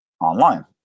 online